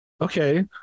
okay